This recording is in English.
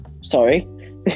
Sorry